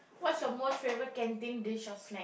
what's your most favorite canteen dish or snack